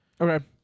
Okay